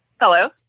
Hello